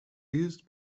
used